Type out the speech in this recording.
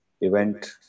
event